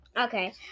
Okay